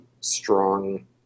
strong